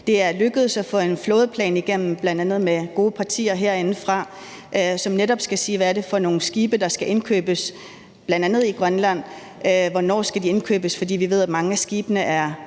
Det er lykkedes at få en flådeplan igennem, bl.a. med gode partier herindefra, som netop skal se på, hvad det er for nogle skibe, der skal indkøbes, bl.a. i Grønland, og hvornår de skal indkøbes, for vi ved, at mange af skibene er